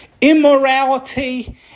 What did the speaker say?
immorality